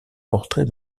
portrait